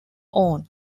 own